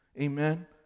Amen